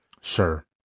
sure